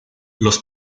los